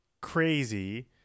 crazy